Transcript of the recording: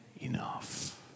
enough